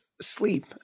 sleep